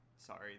sorry